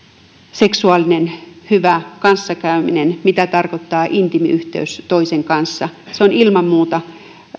hyvä seksuaalinen kanssakäyminen mitä tarkoittaa intiimi yhteys toisen kanssa se on ilman muuta